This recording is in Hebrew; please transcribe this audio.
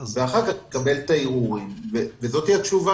אחר כך תקבל את הערעורים וזאת התשובה